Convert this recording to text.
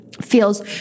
feels